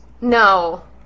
No